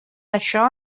això